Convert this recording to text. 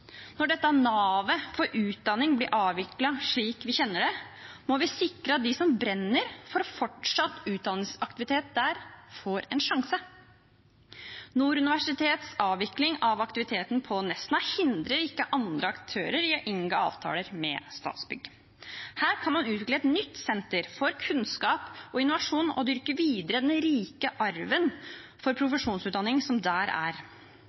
Når dette navet for utdanning blir avviklet slik vi kjenner det, må vi sikre at de som brenner for fortsatt utdanningsaktivitet der, får en sjanse. Nord universitets avvikling av aktiviteten på Nesna hindrer ikke andre aktører i å inngå avtaler med Statsbygg. Her kan man utvikle et nytt senter for kunnskap og innovasjon og dyrke videre den rike arven for profesjonsutdanning som er der.